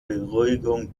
beruhigung